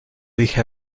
dije